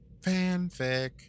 Fanfic